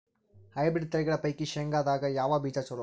Hybrid ತಳಿಗಳ ಪೈಕಿ ಶೇಂಗದಾಗ ಯಾವ ಬೀಜ ಚಲೋ?